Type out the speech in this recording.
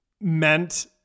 meant